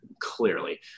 Clearly